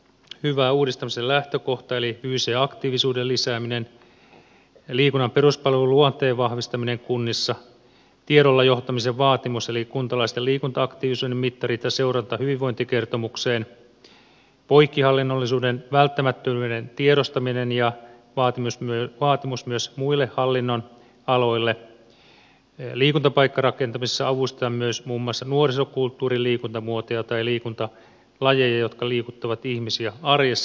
hyvä uudistamisen lähtökohta eli fyysisen aktiivisuuden lisääminen liikunnan peruspalveluluonteen vahvistaminen kunnissa tiedolla johtamisen vaatimus eli kuntalaisten liikunta aktiivisuuden mittareita seurataan hyvinvointikertomukseen poikkihallinnollisuuden välttämättömyyden tiedostaminen ja vaatimus myös muille hallinnonaloille liikuntapaikkarakentamisessa avustetaan myös muun muassa nuorisokulttuurin liikuntamuotoja tai liikuntalajeja jotka liikuttavat ihmisiä arjessa